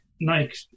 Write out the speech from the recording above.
Nike